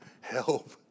help